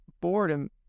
Boredom